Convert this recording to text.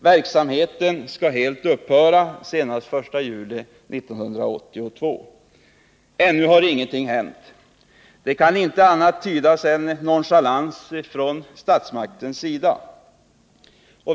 Verksamheten skall helt upphöra senast den 1 juli 1982. Ännu har ingenting hänt. Det kan inte tydas som annat än nonchalans från statsmaktens sida.